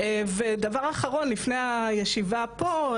ודבר אחרון לפני הישיבה פה,